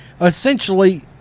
Essentially